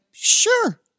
sure